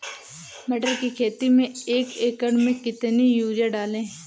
मटर की खेती में एक एकड़ में कितनी यूरिया डालें?